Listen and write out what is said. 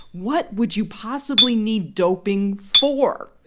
what would you possibly need doping for?